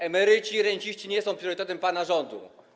Emeryci i renciści nie są priorytetem dla pana rządu.